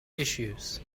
issues